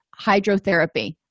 hydrotherapy